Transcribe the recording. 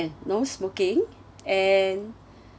no smoking and